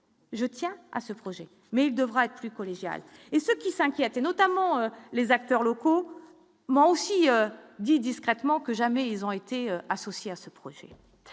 Je tiens à ce projet, mais il devra être plus collégial et ceux qui s'inquiètent et notamment les acteurs locaux, moi aussi, dit discrètement que jamais, ils ont été associés à ce projet,